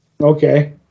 Okay